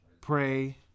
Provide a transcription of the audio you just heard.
pray